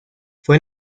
fue